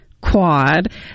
quad